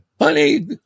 Honey